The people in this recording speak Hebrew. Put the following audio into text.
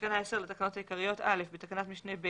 בתקנה 10 לתקנות העיקריות: בתקנת משנה (ב),